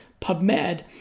PubMed